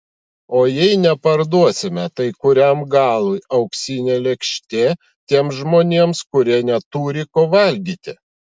o jei neparduosime tai kuriam galui auksinė lėkštė tiems žmonėms kurie neturi ko valgyti